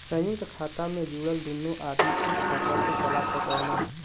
संयुक्त खाता मे जुड़ल दुन्नो आदमी उ खाता के चला सकलन